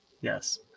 Yes